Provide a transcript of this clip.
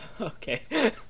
Okay